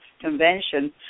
convention